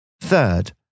Third